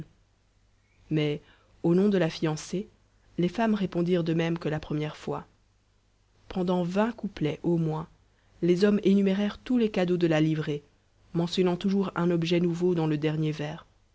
mais au nom de la fiancée les femmes répondirent de même que la première fois pendant vingt couplets au moins les hommes énumérèrent tous les cadeaux de la livrée mentionnant toujours un objet nouveau dans le dernier vers